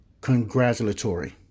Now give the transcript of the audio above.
congratulatory